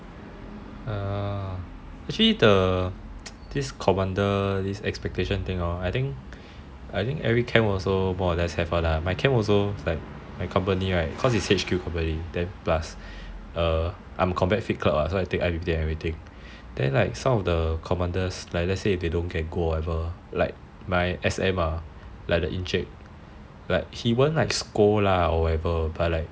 actually this commander expectation thing I think every camp more or less also have [one] lah my camp also my company cause it's H_Q company then plus I'm combat fit clerk [what] so I take I_P_P_T and everything then like some of the commanders if they don't get gold or anything like my S_M ah the encik like he won't like scold lah but